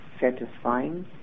satisfying